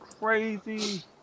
crazy